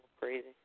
crazy